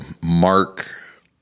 Mark